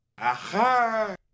aha